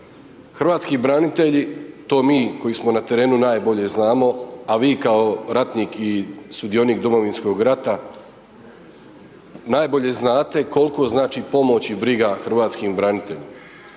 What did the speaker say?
hrvatski branitelji, to mi koji smo na terenu, najbolje znamo, a vi kao ratnik i sudionik Domovinskog rata, najbolje znate koliko znači pomoć i briga hrvatskim braniteljima.